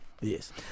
yes